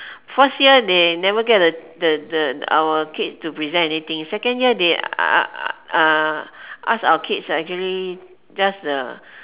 first year they never get the the the our kids to present anything second year they ask our kids actually just